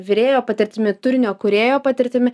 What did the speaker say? virėjo patirtimi turinio kūrėjo patirtimi